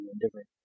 different